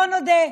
בואי נודה,